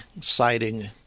citing